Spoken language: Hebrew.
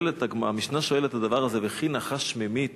והמשנה שואלת על הדבר הזה: "וכי נחש ממית